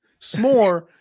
s'more